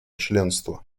членства